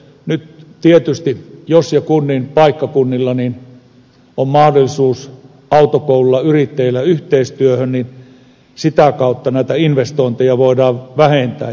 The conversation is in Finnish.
nyt tietysti jos ja kun paikkakunnilla on mahdollisuus autokouluilla yrittäjillä yhteistyöhön niin sitä kautta näitä investointeja voidaan vähentää